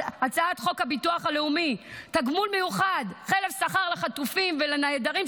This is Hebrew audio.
הצעת חוק הביטוח הלאומי (תגמול מיוחד חלף שכר לחטופים ולנעדרים),